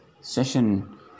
session